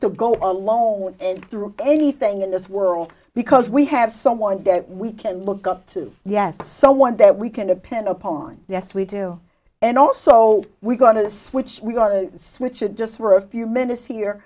to go it alone and through anything in this world because we have someone we can look up to yes someone that we can depend upon yes we do and also we got to switch we got to switch it just for a few minutes here